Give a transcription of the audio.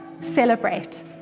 celebrate